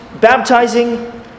baptizing